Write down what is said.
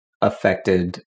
affected